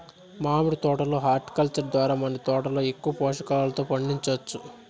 మామిడి తోట లో హార్టికల్చర్ ద్వారా మన తోటలో ఎక్కువ పోషకాలతో పండించొచ్చు